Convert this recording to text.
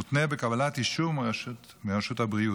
מותנה בקבלת אישור מרשות הבריאות.